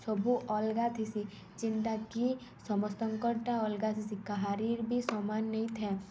ସବୁ ଅଲ୍ଗା ଥିସି ଯେନ୍ଟାକି ସମସ୍ତଙ୍କର୍ଟା ଅଲ୍ଗା ଥିସି କାହାରିର୍ ବି ସମାନ୍ ନେଇଥାଏ